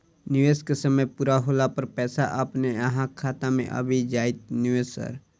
निवेश केँ समय पूरा होला पर पैसा अपने अहाँ खाता मे आबि जाइत नै सर?